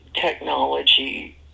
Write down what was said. technology